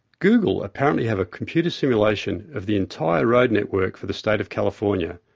google apparently have a computer simulation of the entire road network for the state of california,